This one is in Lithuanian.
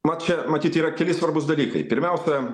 mat čia matyt yra keli svarbūs dalykai pirmiausia